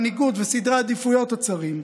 על המנהיגות וסדרי העדיפויות הצרים,